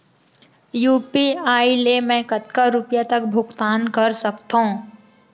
UPI ले मैं कतका रुपिया तक भुगतान कर सकथों